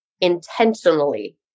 intentionally